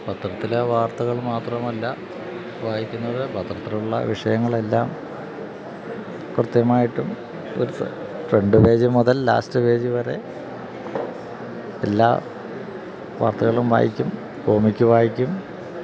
പത്രത്തിലെ വാർത്തകൾ മാത്രമല്ല വായിക്കുന്നത് പത്രത്തിലുള്ള വിഷയങ്ങളെല്ലാം കൃത്യമായിട്ടും ഒരു ഫ്രണ്ട് പേജ് മുതൽ ലാസ്റ്റ് പേജ് വരെ എല്ലാ വാർത്തകളും വായിക്കും കോമിക്ക് വായിക്കും